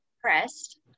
pressed